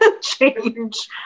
change